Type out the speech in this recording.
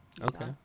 okay